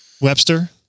Webster